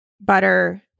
butter